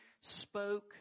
spoke